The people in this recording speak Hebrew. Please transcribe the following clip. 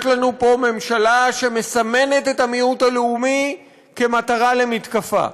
יש לנו פה ממשלה שמסמנת את המיעוט הלאומי כמטרה למתקפה,